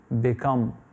become